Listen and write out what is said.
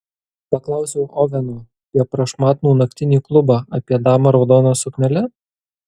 paklausiau oveno apie prašmatnų naktinį klubą apie damą raudona suknele